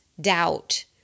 doubt